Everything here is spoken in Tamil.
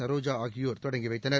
சரோஜா ஆகியோர் தொடங்கிவைத்தனர்